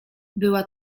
była